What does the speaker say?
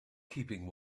keeping